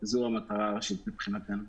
זו המטרה הראשית מבחינתנו.